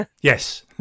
Yes